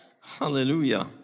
Hallelujah